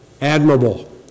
admirable